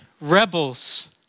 rebels